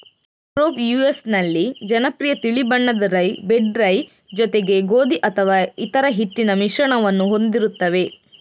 Europe US ನಲ್ಲಿ ಜನಪ್ರಿಯ ತಿಳಿ ಬಣ್ಣದ ರೈ, ಬ್ರೆಡ್ ರೈ ಜೊತೆಗೆ ಗೋಧಿ ಅಥವಾ ಇತರ ಹಿಟ್ಟಿನ ಮಿಶ್ರಣವನ್ನು ಹೊಂದಿರುತ್ತವೆ